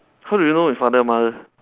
how do you know if father mother